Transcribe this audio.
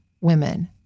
women